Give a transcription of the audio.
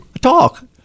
talk